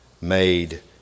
made